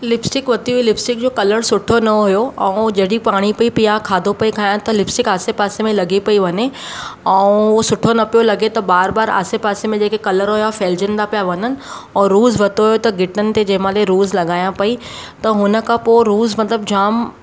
lipstick वरिती हुई lipstick जो कलर सुठो न हुयो ऐं जॾहिं पाणी पई पिया खाधो पई खायां त लिप्सटिक आसे पासे में लॻी पई वञे ऐं उहो सुठो न पियो लॻे त बार बार आसे पासे में जेके कलर हुया फैलजनि त पिया वञनि ऐं रोज़ु वरितो हुयो त ॻिटनि ते जंहिंमहिल रोज़ु लॻाया पई त हुन खां पोइ रोज़ु मतिलबु जामु